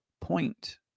point